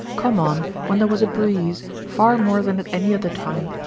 come on when there was a breeze, far more than at any other time.